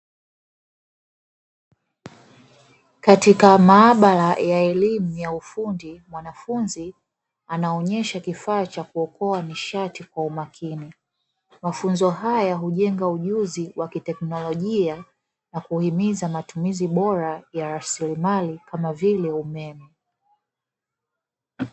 Katika maabara ya elimu ya ufundi mwanafunzi anaonesha kifaa cha kuokoa nishati kwa umakini, mafunzo haya hujenga mafunzo ya kiteknolojia na kuhimiza matumizi bora ya rasilimali kama vile umeme.